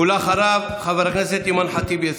ואחריו, חברת הכנסת אימאן ח'טיב יאסין.